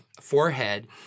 forehead